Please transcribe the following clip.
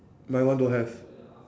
my one don't have